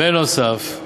בנוסף,